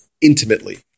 intimately